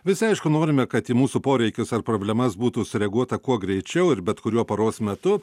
visi aišku norime kad į mūsų poreikius ar problemas būtų sureaguota kuo greičiau ir bet kuriuo paros metu